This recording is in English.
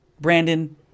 Brandon